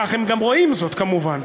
כך הם גם רואים זאת כמובן,